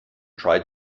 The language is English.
tried